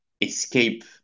escape